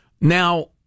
Now